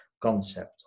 concept